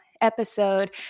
episode